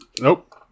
nope